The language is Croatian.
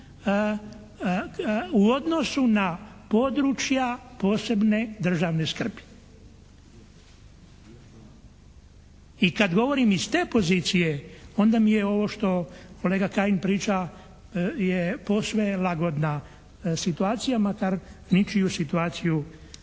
u odnosu na područja posebne državne skrbi? I kad govorim iz te pozicije onda mi je ovo što kolega Kajin priča je posve lagodna situacija makar ničiju situaciju, ničiju